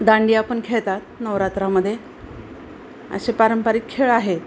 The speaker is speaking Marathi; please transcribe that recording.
दांडीयापण खेळेतात नवरात्रामध्ये असे पारंपरिक खेळ आहेत